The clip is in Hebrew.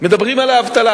מדברים על האבטלה,